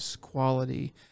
quality